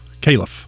Caliph